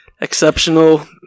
Exceptional